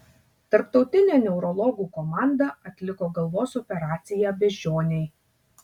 tarptautinė neurologų komanda atliko galvos operaciją beždžionei